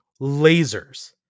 lasers